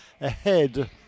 ahead